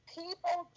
people